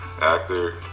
Actor